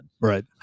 Right